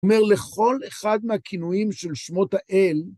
זאת אומרת, לכל אחד מהכינויים של שמות האל,